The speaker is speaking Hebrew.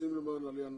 שעושים למען העלייה.